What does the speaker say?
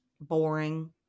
boring